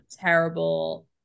terrible